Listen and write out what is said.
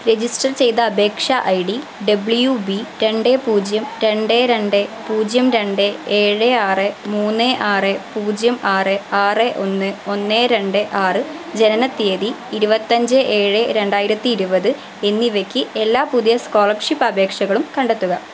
register ചെയ്ത അപേക്ഷ I D W B രണ്ട് പൂജ്യം രണ്ട് രണ്ട് പൂജ്യം രണ്ട് ഏഴ് ആറ് മൂന്ന് ആറ് പൂജ്യം ആറ് ആറ് ഒന്ന് ഒന്ന് രണ്ട് ആറ് ജനനത്തീയതി ഇരുപത്തഞ്ച് ഏഴ് രണ്ടായിരത്തി ഇരുപത് എന്നിവയ്ക്ക് എല്ലാ പുതിയ സ്കോളർഷിപ്പ് അപേക്ഷകളും കണ്ടെത്തുക